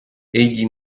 egli